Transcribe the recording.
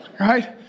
right